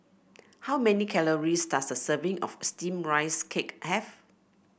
how many calories does a serving of steamed Rice Cake have